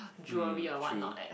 mm true